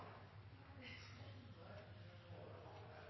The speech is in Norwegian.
sender